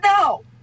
No